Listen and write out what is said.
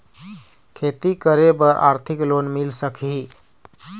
खेती करे बर आरथिक लोन मिल सकही?